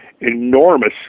enormous